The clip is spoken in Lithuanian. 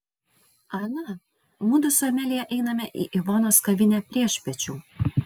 ana mudu su amelija einame į ivonos kavinę priešpiečių